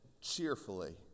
cheerfully